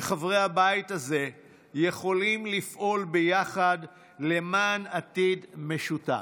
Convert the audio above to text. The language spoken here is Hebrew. לכך שחברי הבית הזה יכולים לפעול יחד למען עתיד משותף.